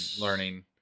learning